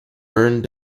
burned